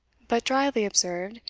but drily observed,